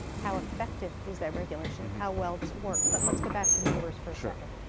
how effective is that regulation, how well does it work? but let's go back to numbers for a second.